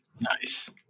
Nice